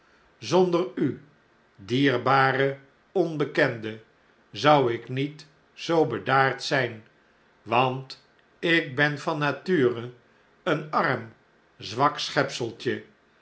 zonder u dierbare onbekende zou ik niet zoo bedaard zfln want ik ben van nature een arm zwak